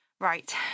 Right